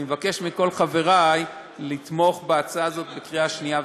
אני מבקש מכל חברי לתמוך בהצעה הזאת בקריאה שנייה ושלישית.